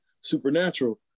Supernatural